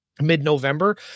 mid-November